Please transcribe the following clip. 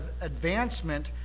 advancement